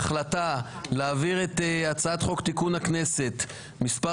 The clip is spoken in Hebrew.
מירב בן ארי ורון כץ; המחנה הממלכתי גדי איזנקוט; סיעת ש"ס חבר